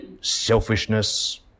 selfishness